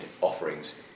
offerings